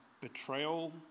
betrayal